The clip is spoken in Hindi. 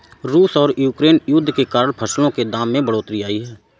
रूस और यूक्रेन युद्ध के कारण फसलों के दाम में बढ़ोतरी आई है